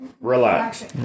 relax